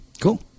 Cool